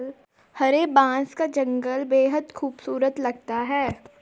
हरे बांस का जंगल बेहद खूबसूरत लगता है